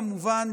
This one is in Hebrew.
כמובן,